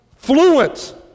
Fluent